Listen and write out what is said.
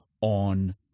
on